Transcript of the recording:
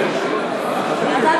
ועדת